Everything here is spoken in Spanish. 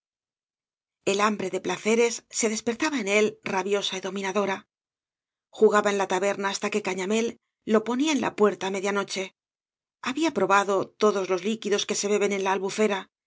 el hambre de placeres se despertaba en él rabiosa y dominadora jugaba en la taberna hasta que gañamél lo ponía en la puerta á media noche había probado todos los líquidos que se beben en la albufera